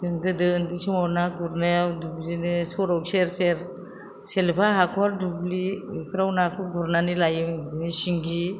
जों गोदो उन्दै समाव ना गुरनायाव बिदिनो सरक सेर सेर सेलेफा हाखर दुब्लि बेफोराव नाखौ गुरनानै लायोमोन बिदिनो सिंगि